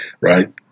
right